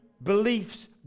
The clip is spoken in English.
beliefs